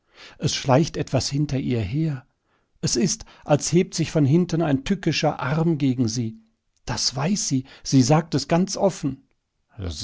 es schleicht etwas hinter ihr her es ist als hebt sich von hinten ein tückischer arm gegen sie das weiß sie sie sagt es ganz offen